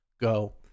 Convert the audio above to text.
go